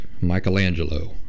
Michelangelo